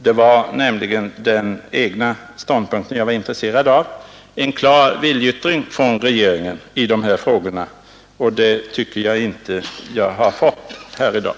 Det var nämligen den egna ståndpunkten jag var intresserad av — en klar viljeyttring från regeringen i de här frågorna — och det tycker jag inte att jag fått i dag.